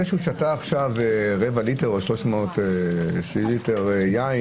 זה שהוא שתה עכשיו רבע ליטר או 300 מ"ל יין,